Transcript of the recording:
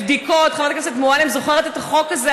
חברת הכנסת מועלם זוכרת את החוק הזה,